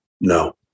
no